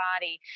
body